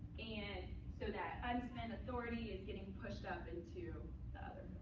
and so that unspent authority is getting pushed up into the other.